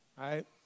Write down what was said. right